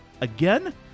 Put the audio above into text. Again